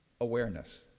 awareness